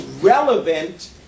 relevant